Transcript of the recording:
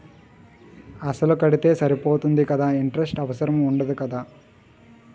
అసలు కడితే సరిపోతుంది కదా ఇంటరెస్ట్ అవసరం ఉండదు కదా?